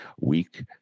week